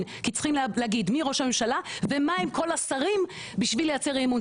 כי צריכים להגיד מראש הממשלה ומה עם כל השרים בשביל לייצר אי אמון,